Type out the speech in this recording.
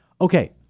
Okay